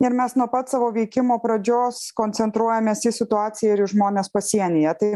ir mes nuo pat savo veikimo pradžios koncentruojamės į situaciją ir į žmones pasienyje tai